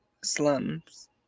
slums